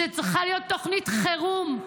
זו צריכה להיות תוכנית חירום.